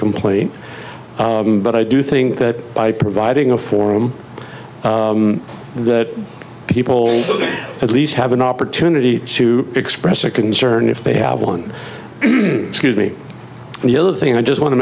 complain but i do think that by providing a forum that people at least have an opportunity to express their concern if they have one scuse me and the other thing i just want to